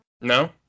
No